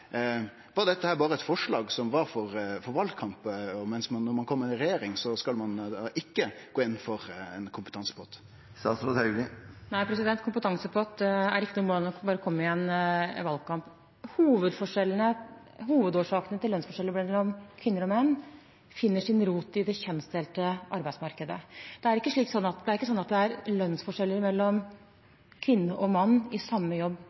Var dette berre eit forslag for valkampen, mens når ein kjem i regjering, går ein ikkje inn for ein kompetansepott? Kompetansepott er ikke noe man bare kommer med i en valgkamp. Hovedårsakene til lønnsforskjellene mellom kvinner og menn har sin rot i det kjønnsdelte arbeidsmarkedet. Det er ikke slik at det er lønnsforskjeller mellom kvinne og mann i samme jobb